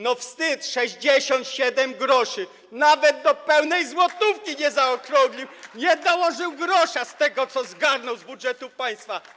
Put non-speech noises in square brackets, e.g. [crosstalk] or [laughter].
No wstyd! 67 gr, nawet do pełnej złotówki nie zaokrąglił, [applause] nie dołożył grosza z tego, co zgarnął z budżetu państwa.